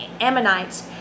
Ammonites